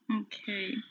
Okay